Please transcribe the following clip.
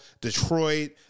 Detroit